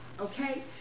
Okay